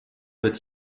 wird